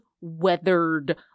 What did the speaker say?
weathered